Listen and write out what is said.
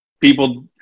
people